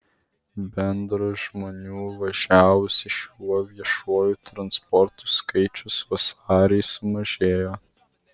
bendras žmonių važiavusių šiuo viešuoju transportu skaičius vasarį sumažėjo